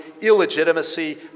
illegitimacy